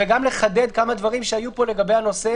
-- וגם לחדד כמה דברים שהיו פה לגבי הנושא